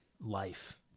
life